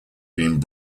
being